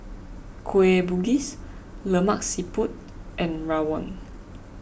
Kueh Bugis Lemak Siput and Rawon